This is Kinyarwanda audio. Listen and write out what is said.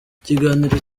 ikiganiro